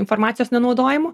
informacijos nenaudojimu